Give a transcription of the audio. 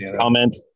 comment